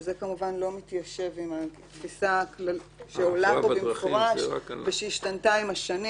זה כמובן לא מתיישב עם התפיסה שעולה פה במפורש ושהשתנתה עם השנים